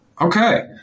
okay